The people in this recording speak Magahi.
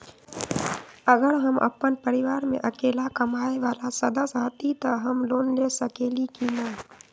अगर हम अपन परिवार में अकेला कमाये वाला सदस्य हती त हम लोन ले सकेली की न?